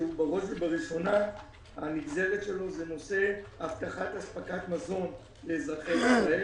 שבראש ובראשונה הנגזרת שלו היא נושא הבטחת אספקת מזון לאזרחי ישראל.